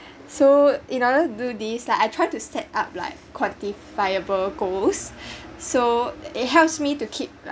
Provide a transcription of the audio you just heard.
so in order to do these I try to set up like quantifiable goals so it helps me to keep like